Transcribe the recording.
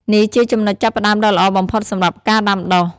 នេះជាចំណុចចាប់ផ្ដើមដ៏ល្អបំផុតសម្រាប់ការដាំដុះ។